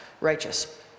righteous